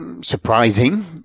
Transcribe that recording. surprising